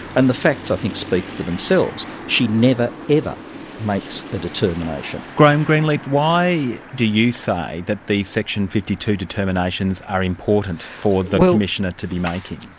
and the facts i think, speak for themselves. she never ever makes a determination. graham greenleaf, why do you say that these section fifty two determinations are important for the commissioner to be making?